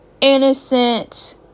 innocent